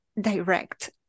direct